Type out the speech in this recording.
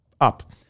up